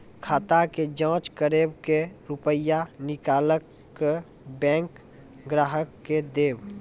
खाता के जाँच करेब के रुपिया निकैलक करऽ बैंक ग्राहक के देब?